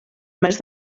més